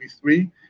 three